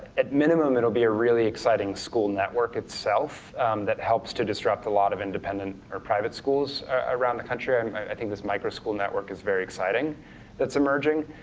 at minimum it'll be a really exciting school network itself that helps to disrupt a lot of independent or private schools around the country. and i think this micro-school network is very exciting that's emerging.